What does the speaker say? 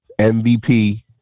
MVP